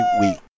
week